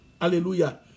Hallelujah